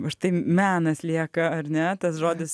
va štai menas lieka ar ne tas žodis